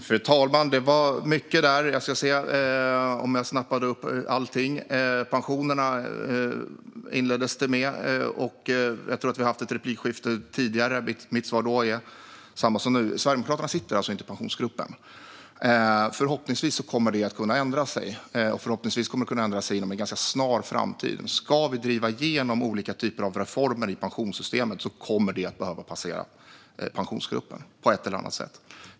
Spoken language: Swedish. Fru talman! Det var mycket, och jag får se om jag snappade upp allting. Ali Esbati inledde med pensionerna. Jag tror att vi har haft ett replikskifte tidigare om det. Mitt svar är detsamma nu, och det är att Sverigedemokraterna inte sitter i Pensionsgruppen. Förhoppningsvis kommer det att kunna ändras, och förhoppningsvis kommer det att kunna ändras inom en ganska snar framtid. Ska vi driva igenom olika typer av reformer i pensionssystemet kommer de att behöva passera Pensionsgruppen på ett eller annat sätt.